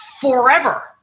forever